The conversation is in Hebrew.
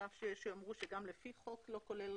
על אף שיש שיאמרו שגם לפי חוק לא כולל